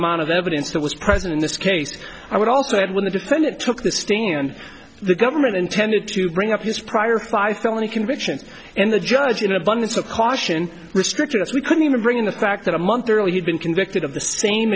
amount of evidence that was present in this case i would also add when the defendant took the stand the government intended to bring up his prior five felony convictions and the judge in abundance of caution restricted us we couldn't even bring in the fact that a month early had been convicted of the same